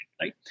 right